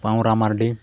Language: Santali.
ᱯᱟᱣᱨᱟ ᱢᱟᱱᱰᱤ